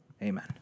Amen